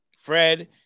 Fred